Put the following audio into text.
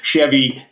Chevy